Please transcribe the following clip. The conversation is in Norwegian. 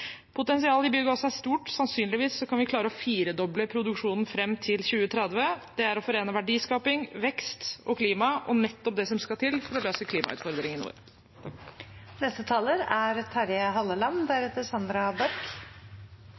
Potensialet i biogass er stort. Sannsynligvis kan vi klare å firedoble produksjonen fram til 2030. Det å forene verdiskaping, vekst og klima er nettopp det som skal til for å løse klimautfordringene